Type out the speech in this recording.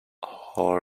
hall